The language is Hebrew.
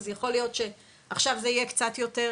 אז יכול להיות שעכשיו יהיה קצת יותר